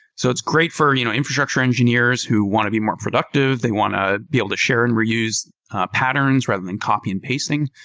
so it's great for you know infrastructure engineers who want to be more productive. they want be able to share and reuse patterns rather than copy and pasting,